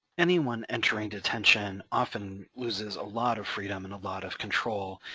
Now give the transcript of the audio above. anyone entering detention often loses a lot of freedom, and a lot of control.